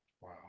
Wow